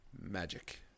magic